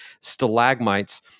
stalagmites